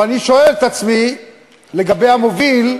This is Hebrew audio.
אבל אני שואל את עצמי לגבי המוביל,